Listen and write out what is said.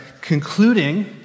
concluding